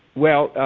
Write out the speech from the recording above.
well,